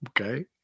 Okay